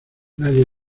nadie